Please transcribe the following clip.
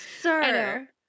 Sir